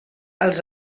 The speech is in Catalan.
els